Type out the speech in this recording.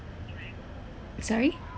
sorry